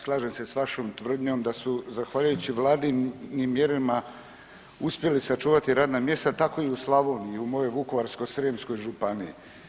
Slažem se s vašom tvrdnjom da su zahvaljujući vladinim mjerama uspjeli sačuvati radna mjesta, tako i u Slavoniji u mojoj Vukovarsko-srijemskoj županiji.